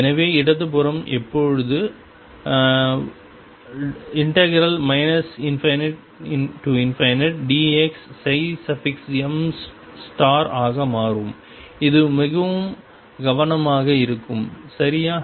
எனவே இடது புறம் இப்போது ∞dx m ஆக மாறும் அது மிகவும் கவனமாக இருக்கும் சரியா